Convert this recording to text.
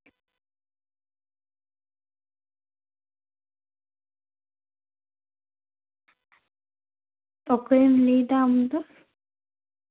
ᱚᱠᱚᱭᱮᱢ ᱞᱟᱹᱭᱫᱟ ᱟᱢᱫᱚ